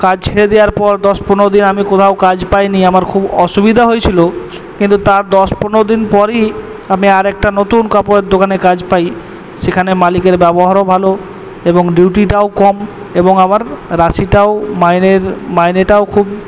কাজ ছেড়ে দেবার পর দশ পনেরো দিন আমি কোথাও কাজ পাইনি আমার খুব অসুবিধা হয়েছিলো কিন্তু তার দশ পনেরো দিন পরেই আমি আরেকটা নতুন কাপড়ের দোকানে কাজ পাই সেখানে মালিকের ব্যাবহারও ভালো এবং ডিউটিটাও কম এবং আমার রাশিটাও মাইনের মাইনেটাও খুব